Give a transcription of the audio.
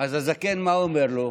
אז הזקן, מה אומר לו?